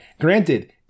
granted